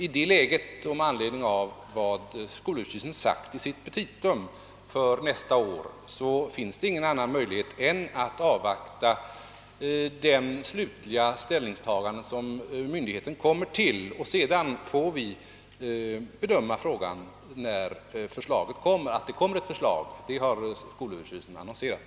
I det läget, och med anledning av vad skolöverstyrelsen säger i sina petita för nästa år, finns det ingen annan möjlighet än att avvakta myndighetens slutliga ställningstagande. Vi får alltså bedöma frågan när förslaget framläggs. Att det kommer ett förslag har skolöverstyrelsen annonserat.